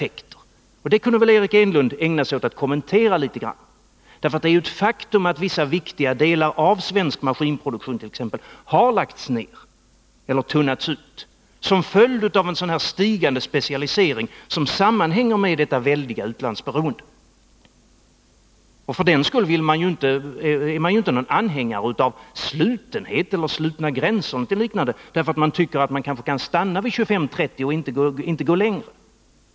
De här frågorna kunde väl Eric Enlund ägna sig åt att kommentera litet grand, för det är ju ett faktum att vissa viktiga delar av t.ex. svensk maskinproduktion har lagts ned eller tunnats ut som följd av en sådan stigande specialisering som sammanhänger med detta väldiga utlandsberoende. Och man är ju inte någon anhängare av slutenhet, stängda gränser eller liknande därför att man tycker att vi kan stanna vid 25 eller 30 20 och inte gå längre.